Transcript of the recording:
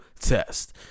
test